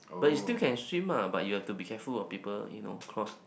but you still can swim lah but you have to be careful of people you know cross